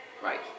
right